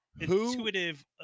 intuitive